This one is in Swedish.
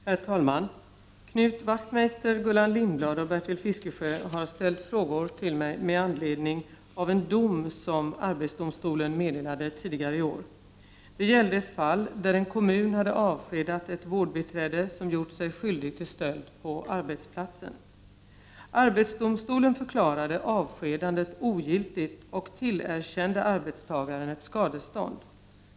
Herr talman! Knut Wachtmeister, Gullan Lindblad och Bertil Fiskesjö har ställt frågor till mig med anledning av en dom som arbetsdomstolen meddelade tidigare i år. Det gällde ett fall då en kommun hade avskedat ett vårdbiträde som gjort sig skyldig till stöld på arbetsplatsen. Arbetsdomstolen förklarade avskedandet ogiltigt och tillerkände arbetstagaren skadestånd.